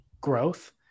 growth